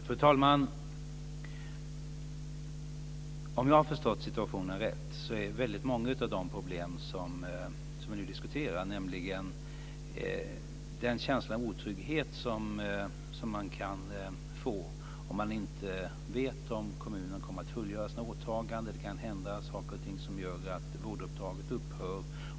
Fru talman! Om jag har förstått situationen rätt hänger väldigt många av de problem som vi nu diskuterar samman med den känsla av otrygghet som man kan få om man inte vet om kommunerna kommer att fullgöra sina åtaganden. Det kan hända saker och ting som gör att vårduppdraget upphör.